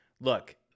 look